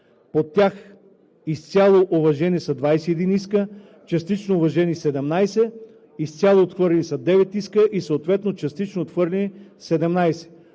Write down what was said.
По тях изцяло уважени са 21 иска, частично уважени са 17, изцяло отхвърлени са 9 иска и съответно частично отхвърлени са